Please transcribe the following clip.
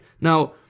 Now